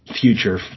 future